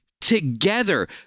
together